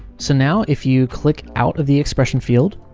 so now, if you click out of the expression field,